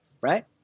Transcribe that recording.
right